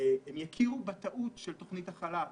הם יכירו בטעות של תוכנית החל"ת